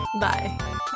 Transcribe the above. Bye